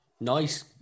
Nice